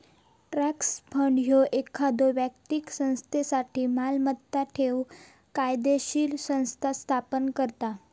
trust fund ह्यो एखाद्यो व्यक्तीक संस्थेसाठी मालमत्ता ठेवूक कायदोशीर संस्था स्थापन करता